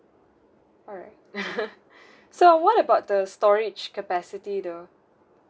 alright so what about the storage capacity though